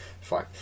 fine